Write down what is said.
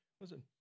listen